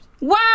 Wow